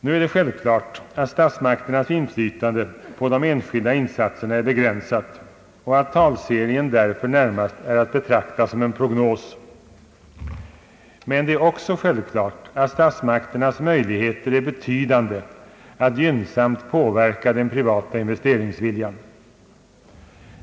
Nu är det självklart att statsmakternas inflytande på de enskilda insatserna är begränsat och att talserien närmast är att betrakta som en prognos, men det är också självklart att statsmakternas möjligheter är betydande att gynnsamt påverka den privata investeringsviljan.